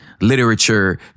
literature